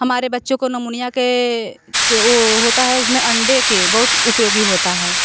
हमारे बच्चों को नमोनिया के जो वो होता है उसमें अंडे के बहुत उपयोगी होता है